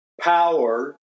power